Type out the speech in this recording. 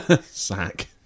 Sack